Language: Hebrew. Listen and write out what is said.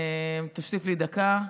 תוסיף לי דקה,